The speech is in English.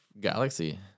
galaxy